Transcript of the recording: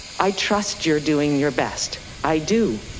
i trust you're doing your best, i do.